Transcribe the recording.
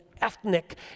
ethnic